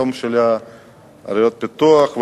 יום של עיירות הפיתוח,